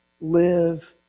live